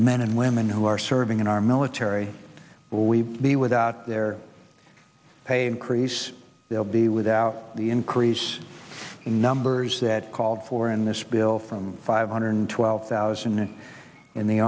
the men and women who are serving in our military will we be without their pay increase they'll be without the increase in numbers that called for in this bill from five hundred twelve thousand in the